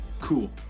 cool